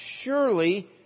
surely